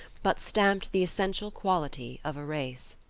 but stamped the essential quality of a race.